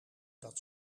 dat